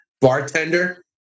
bartender